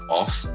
off